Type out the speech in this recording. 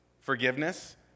Forgiveness